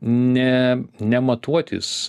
ne ne matuotis